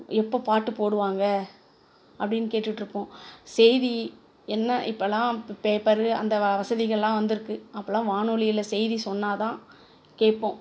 எப்போ பாட்டு போடுவாங்க அப்படின்னு கேட்டுகிட்டுருப்போம் செய்தி என்ன இப்போலாம் பேப்பரு அந்த வசதிகள்லாம் வந்திருக்கு அப்போலாம் வானொலியில் செய்தி சொன்னால்தான் கேட்போம்